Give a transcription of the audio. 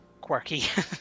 quirky